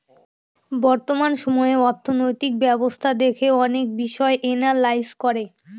বর্তমান সময়ে অর্থনৈতিক ব্যবস্থা দেখে অনেক বিষয় এনালাইজ করে